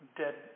dead